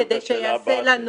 כדי שיעשה לנו